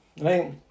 Right